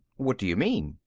what do you mean?